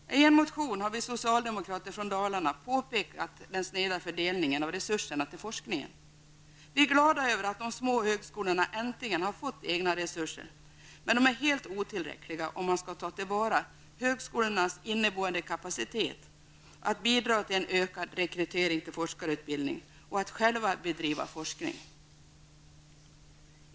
I en motion har vi socialdemokrater från Dalarna pekat på den sneda fördelningen av resurserna till forskningen. Vi är glada över att de små högskolorna äntligen har fått egna resurser, men de är helt otillräckliga om man skall ta till vara högskolornas inneboende kapacitet att bidra till en ökad rekrytering till forskarutbildning och att själva bedriva forskning.